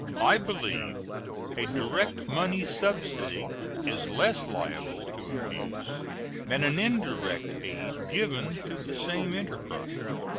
i believe a direct money subsidy is less liable to abuse than an indirect aid given to the same enterprise.